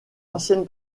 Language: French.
ancienne